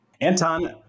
Anton